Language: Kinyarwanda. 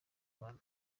guhana